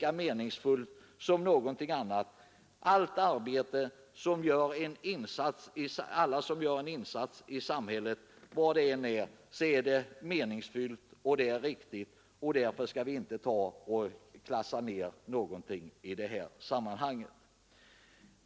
Alla som gör en insats i samhället — var det än är — utför ett meningsfullt arbete, och därför skall vi inte klassa ner någonting i det här sammanhanget.